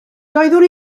doeddwn